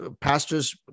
pastors